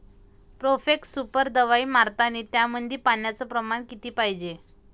Profex super दवाई मारतानी त्यामंदी पान्याचं प्रमाण किती पायजे?